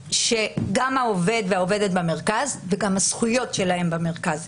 העובד והעובדת במרכז וגם הזכויות שלהם במרכז.